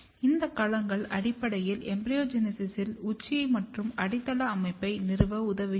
இந்த களங்கள் அடிப்படையில் எம்பிரியோஜெனிசிஸில் உச்சி மற்றும் அடித்தள அமைப்பை நிறுவ உதவுகின்றன